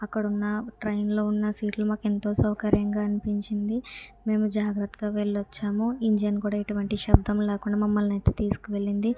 అక్కడ ఉన్న ట్రైన్లో ఉన్న సీట్లు మాకు ఎంతో సౌకర్యంగా అనిపించింది మేము జాగ్రత్తగా వెళ్ళొచ్చాము ఇంజిన్ కూడా ఎటువంటి శబ్దం లేకుండా మమ్మల్ని అయితే తీసుకు వెళ్ళింది